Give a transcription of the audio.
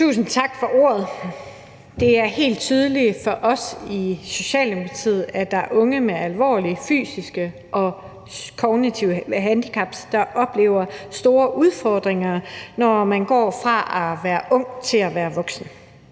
Tusind tak for ordet. Det er helt tydeligt for os i Socialdemokratiet, at der er unge med alvorlige fysiske og kognitive handicap, der oplever store udfordringer, når de går fra at være ung til at være voksen.